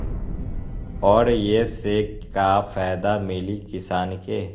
और ये से का फायदा मिली किसान के?